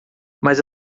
mas